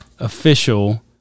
official